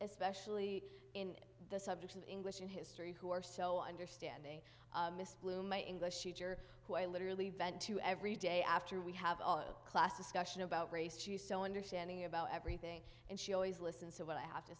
especially in the subject of english in history who are so understand miss bloom my english teacher who i literally vent to every day after we have a class discussion about race she is so understanding about everything and she always listens to what i have to